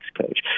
coach